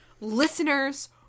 Listeners